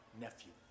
Nephew